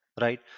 right